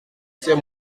ces